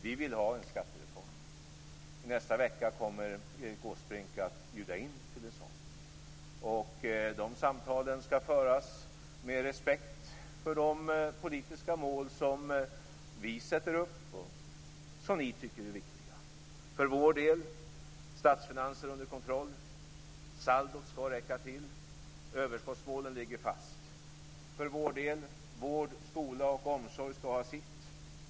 Vi vill har en skattereform. Nästa vecka kommer Erik Åsbrink att bjuda in till sådana samtal. De samtalen skall föras med respekt för de politiska mål som vi sätter upp och som ni tycker är viktiga. För vår del: statsfinanser under kontroll, att saldot skall räcka till, att överskottsmålen ligger fast och att vård, skola och omsorg skall ha sitt.